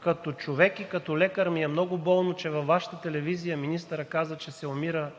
като човек и като лекар ми е много болно, че във Вашата телевизия министърът каза, че се умира